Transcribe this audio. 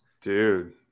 dude